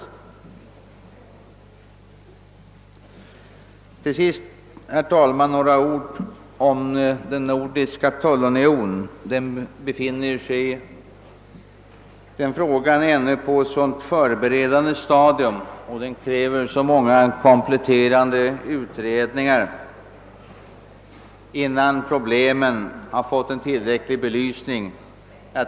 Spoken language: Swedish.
Vidare, herr talman, några ord om den nordiska tullunionen! Denna fråga befinner sig ännu i ett förberedande stadium, och den kräver många kompletterande utredningar innan problemen har fått en tillräcklig belysning.